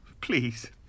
Please